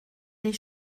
des